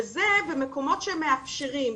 וזה במקומות שמאפשרים.